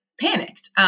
panicked